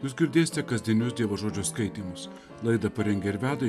jūs girdėsite kasdienius dievo žodžio skaitymus laidą parengė ir veda